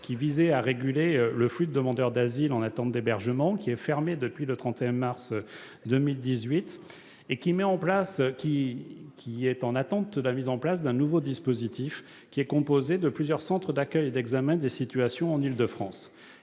qui visait à réguler le flux de demandeurs d'asile en attente d'hébergement, est fermé depuis le 31 mars 2018, dans l'attente de la mise en place d'un nouveau dispositif composé de plusieurs centres d'accueil et d'examen des situations, ou CAES, en Île-de-France.